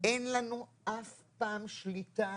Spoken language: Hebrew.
אין לנו אף פעם שליטה